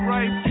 Right